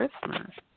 Christmas